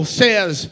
says